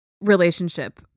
relationship